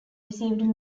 received